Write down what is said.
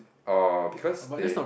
or because they